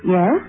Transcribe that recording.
Yes